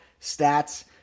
stats